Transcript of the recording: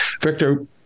Victor